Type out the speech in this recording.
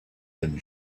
and